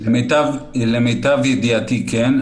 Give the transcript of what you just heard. למיטב ידיעתי, כן.